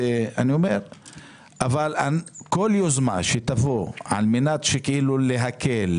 אבל כל יוזמה שתבוא על מנת להקל,